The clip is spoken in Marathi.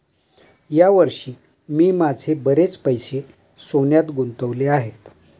या वर्षी मी माझे बरेच पैसे सोन्यात गुंतवले आहेत